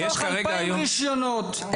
מתוך 2,000 רישיונות,